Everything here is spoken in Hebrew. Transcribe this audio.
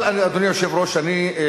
אבל, אדוני היושב-ראש, אני חושב